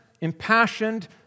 impassioned